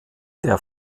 der